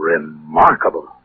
Remarkable